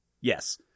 Yes